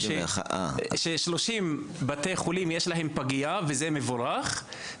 30 בתי חולים יש להם פגייה, וזה מבורך.